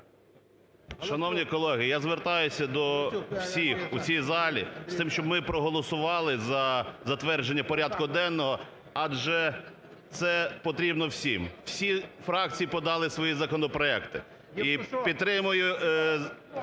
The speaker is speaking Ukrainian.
Шановні колеги, я звертаюся до всіх у цій залі з тим, щоб ми проголосували за затвердження порядку денного, адже це потрібно всім. Всі фракції подали свої законопроекти. І підтримую